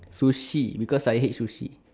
sushi because I hate sushi